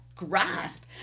Grasp